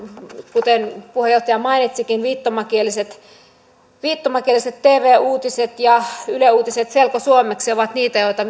kuten puheenjohtaja mainitsikin viittomakieliset viittomakieliset tv uutiset ja yle uutiset selkosuomeksi ovat niitä joita